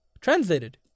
translated